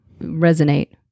resonate